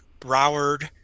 Broward